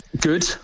Good